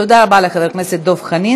תודה רבה לחבר הכנסת דב חנין.